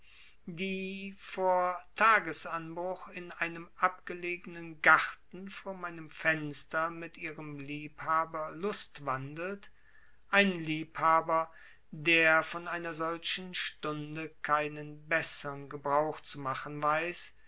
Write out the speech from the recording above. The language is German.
die vor tagesanbruch in einem abgelegenen garten vor meinem fenster mit ihrem liebhaber lustwandelt ein liebhaber der von einer solchen stunde keinen bessern gebrauch zu machen weiß